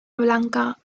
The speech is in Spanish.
blanca